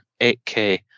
8K